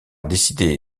décidé